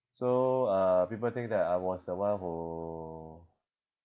so uh people think that I was the one who